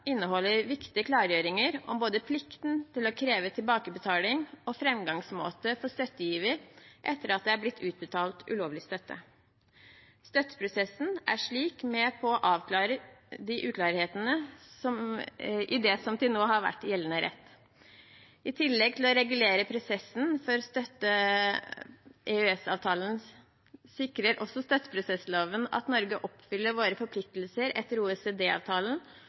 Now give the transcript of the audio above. inneholder viktige klargjøringer om både plikten til å kreve tilbakebetaling og framgangsmåte for støttegiver etter at det er blitt utbetalt ulovlig støtte. Støtteprosessen er slik med på å avklare uklarhetene i det som til nå har vært gjeldende rett. I tillegg til å regulere prosessen for støtte med hensyn til EØS-avtalen sikrer støtteprosessloven at Norge oppfyller sine forpliktelser etter